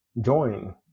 join